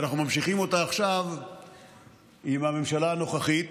ואנחנו ממשיכים אותה עכשיו עם הממשלה הנוכחית,